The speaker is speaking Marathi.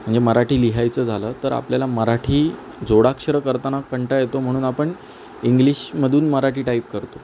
म्हणजे मराठी लिहायचं झालं तर आपल्याला मराठी जोडाक्षरं करताना कंटाळा येतो म्हणून आपण इंग्लिशमधून मराठी टाईप करतो